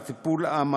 על הטיפול המהיר.